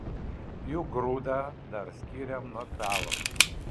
juk grūdą dar skiriam nuo pelo